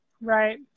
right